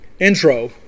intro